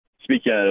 speaking